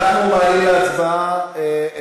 מתעד ומנציח את הרגע.